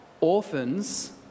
orphans